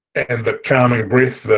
and the calming breath,